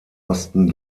osten